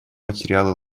материалы